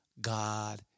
God